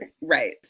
Right